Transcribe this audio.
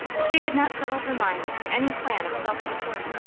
she could not settle her mind to any plan of self-support.